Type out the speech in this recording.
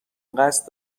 قصد